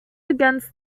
against